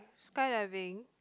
skydiving